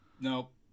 nope